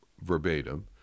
verbatim